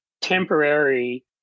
temporary